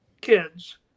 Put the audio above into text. kids